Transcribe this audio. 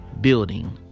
building